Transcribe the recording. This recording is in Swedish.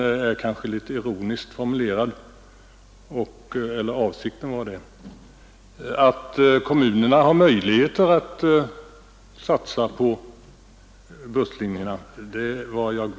Den frågan är litet ironiskt formulerad — avsikten var att den skulle vara det. Jag är väl medveten om att kommunerna har möjligheter att satsa på busslinjerna, herr statsråd.